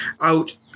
out